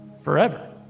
Forever